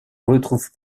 retrouve